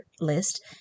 list